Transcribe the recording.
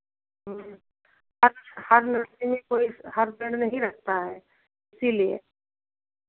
हर हर नर्सरी में कोई हर पेड़ नहीं रखता है इसीलिए